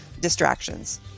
distractions